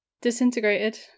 disintegrated